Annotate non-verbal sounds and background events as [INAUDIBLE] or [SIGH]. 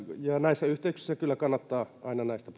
ja näissä yhteyksissä kyllä kannattaa aina näistä [UNINTELLIGIBLE]